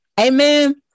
amen